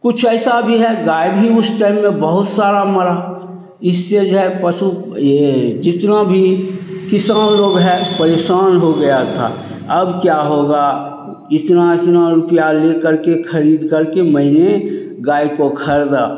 कुछ ऐसा भी है गाय भी उस टइम में बहुत सारी मरी इससे जो है पशु यह जितना भी किसान लोग है परेशान हो गए थे अब क्या होगा इतना इतना रुपिया लेकर के ख़रीदकर के मैंने गाय को ख़रीदा